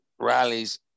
rallies